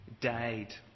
died